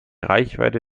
reichweite